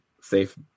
safe